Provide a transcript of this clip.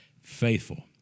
faithful